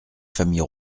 famille